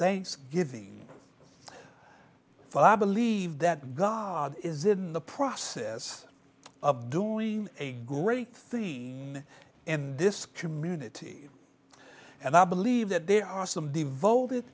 thanksgiving for i believe that god is the process of doing a great thing and this community and i believe that there are some devoted